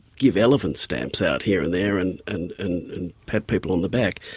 give elephant stamps out here and there and and and pat people on the back,